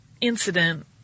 incident